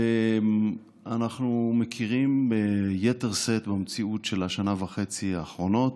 ואנחנו מכירים ביתר שאת במציאות של השנה וחצי האחרונות: